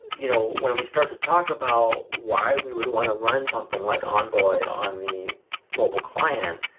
you know when we start to talk about why we would want to run something like envoy on the mobile client,